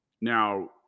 Now